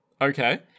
Okay